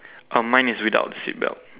uh mine is without the seat belt